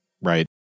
right